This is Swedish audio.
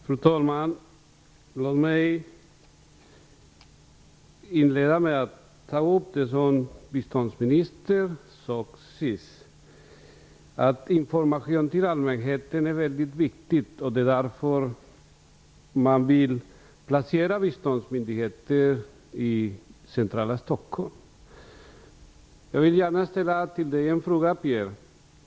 Fru talman! Låt mig inleda med att ta upp det som biståndsministern sade sist. Han sade att information till allmänheten är mycket viktig och att det är därför man vill placera biståndsmyndigheten i centrala Jag vill gärna ställa en fråga till Pierre Schori.